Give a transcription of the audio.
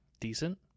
Decent